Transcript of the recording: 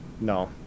No